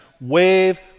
wave